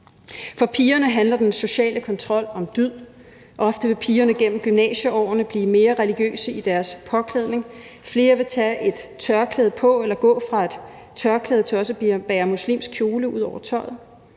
For pigerne handler den sociale kontrol om dyd. Ofte vil pigerne gennem gymnasieårene blive mere religiøse i deres påklædning, flere vil tage et tørklæde på eller gå fra et tørklæde til også at bære muslimsk kjole ud over tøjet;